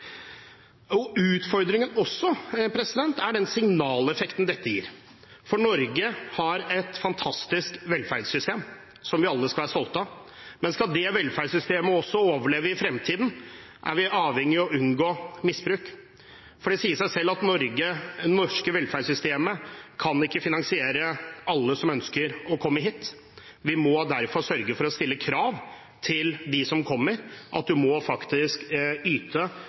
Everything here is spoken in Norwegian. imot. Utfordringen er også den signaleffekten dette gir, for Norge har et fantastisk velferdssystem, som vi alle skal være stolte av, men skal det velferdssystemet overleve også i fremtiden, er vi avhengig av å unngå misbruk. Det sier seg selv at det norske velferdssystemet ikke kan finansiere alle som ønsker å komme hit. Vi må derfor sørge for å stille krav til dem som kommer. Man må faktisk yte